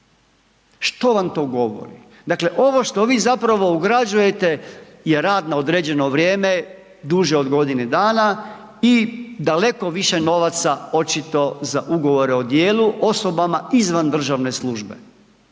Što vam to govori? Dakle ovo što vi zapravo ugrađujete je rad na određeno vrijeme duže od godine dana i daleko više novaca očito za ugovore o djelu osobama izvan državne službe.